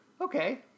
Okay